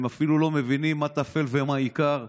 הם אפילו לא מבינים מה טפל ומה עיקר.